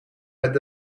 met